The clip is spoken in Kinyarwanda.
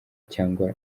cyangwa